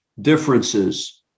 differences